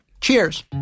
Cheers